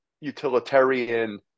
utilitarian